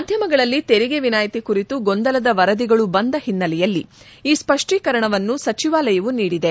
ಮಾಧ್ಯಮಗಳಲ್ಲಿ ತೆರಿಗೆ ವಿನಾಯಿತಿ ಕುರಿತು ಗೊಂದಲದ ವರದಿಗಳು ಬಂದ ಹಿನ್ನೆಲೆಯಲ್ಲಿ ಈ ಸ್ವಷ್ಷೀಕರಣವನ್ನು ಸಚಿವಾಲಯವು ನೀಡಿದೆ